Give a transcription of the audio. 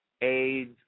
AIDS